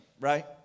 right